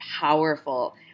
powerful